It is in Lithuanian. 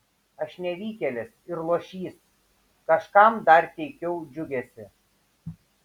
aš nevykėlis ir luošys kažkam dar teikiau džiugesį